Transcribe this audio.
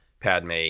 Padme